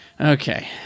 okay